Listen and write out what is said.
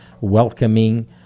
welcoming